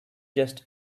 just